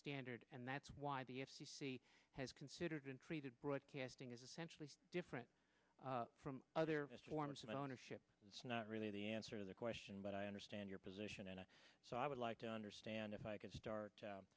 standard and that's why the f c c has considered intreated broadcasting is essentially different from other forms of ownership it's not really the answer the question but i understand your position and so i would like to understand if i could start